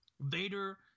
Vader